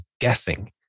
guessing